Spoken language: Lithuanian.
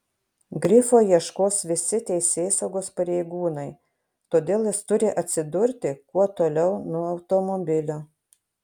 grifo ieškos visi teisėsaugos pareigūnai todėl jis turi atsidurti kuo toliau nuo automobilio